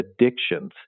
addictions